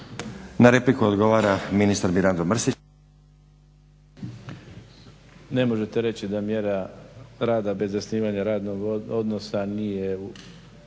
Na repliku odgovara ministar Mirando Mrsić. **Mrsić, Mirando (SDP)** Ne možete reći da mjera rada bez zasnivanja radnog odnosa nije